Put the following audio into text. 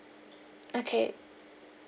okay